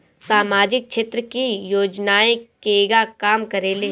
सामाजिक क्षेत्र की योजनाएं केगा काम करेले?